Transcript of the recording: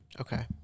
Okay